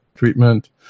treatment